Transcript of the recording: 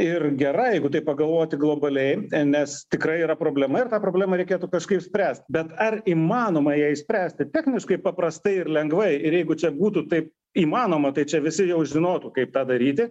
ir gera jeigu taip pagalvoti globaliai nes tikrai yra problema ir tą problemą reikėtų kažkaip spręst bet ar įmanoma ją išspręsti techniškai paprastai ir lengvai ir jeigu čia būtų taip įmanoma tai čia visi jau žinotų kaip tą daryti